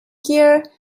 gear